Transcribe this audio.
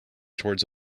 towards